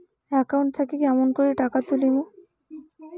Account থাকি কেমন করি টাকা তুলিম?